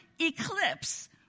eclipse